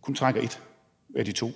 kun trækker et af de to,